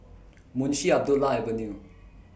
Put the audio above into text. Munshi Abdullah Avenue